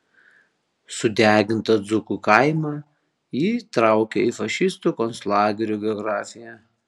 sudegintą dzūkų kaimą ji įtraukia į fašistų konclagerių geografiją